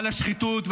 ועל השחיתות,